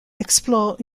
explore